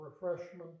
refreshment